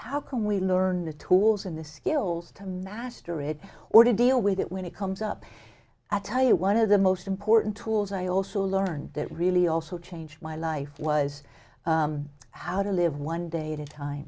how can we learn the tools and the skills to master it or to deal with it when it comes up i tell you one of the most important tools i also learned that really also changed my life was how to live one day at a time